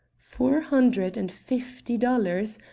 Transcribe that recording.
four hundred and fifty dollars!